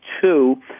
two